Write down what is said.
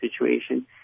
situation